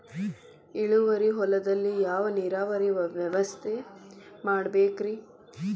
ಇಳುವಾರಿ ಹೊಲದಲ್ಲಿ ಯಾವ ನೇರಾವರಿ ವ್ಯವಸ್ಥೆ ಮಾಡಬೇಕ್ ರೇ?